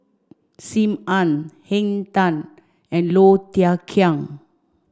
Sim Ann Henn Tan and Low Thia Khiang